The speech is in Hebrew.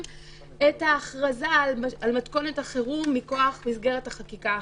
את ההכרזה על מתכונת החירום מכוח מסגרת החקיקה החדשה.